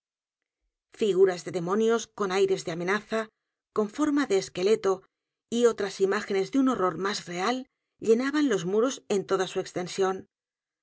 s de demonios con aires de amenaza con forma de esqueleto y otras imágenes de un horror m á s real llenábanlos muros en toda su extensión